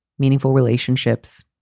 meaningful relationships,